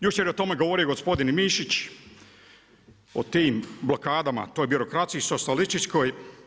Jučer je o tome govorio i gospodin Mišić, o tim blokadama, o toj birokraciji socijalističkoj.